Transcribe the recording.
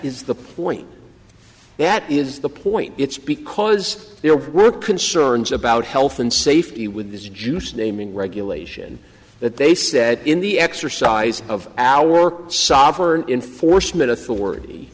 is the point that is the point it's because there were concerns about health and safety with this juice naming regulation that they said in the exercise of our sovern enforcement authority